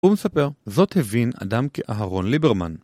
הוא מספר זאת הבין אדם כאהרון ליברמן.